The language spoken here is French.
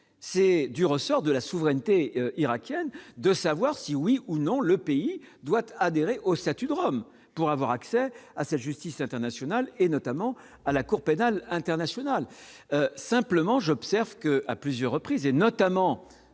c'est du ressort de la souveraineté irakienne de savoir si oui ou non, le pays doit adhérer au statut de Rome pour avoir accès à cette justice internationale et notamment à la Cour pénale internationale, simplement j'observe qu'à plusieurs reprises et notamment